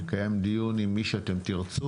אקיים דיון עם מי שתרצו.